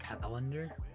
Calendar